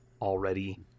already